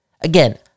again